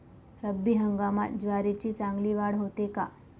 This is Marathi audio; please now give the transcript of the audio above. रब्बी हंगामात ज्वारीची चांगली वाढ होते का?